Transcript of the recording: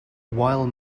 while